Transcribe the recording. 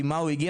עם מה הוא הגיע,